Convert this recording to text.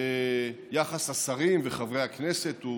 יחס השרים וחברי הכנסת הוא